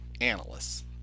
analysts